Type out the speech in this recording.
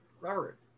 Robert